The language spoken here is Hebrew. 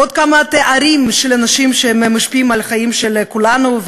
עוד כמה תארים של אנשים שמשפיעים על החיים של כולנו.